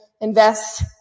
invest